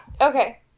Okay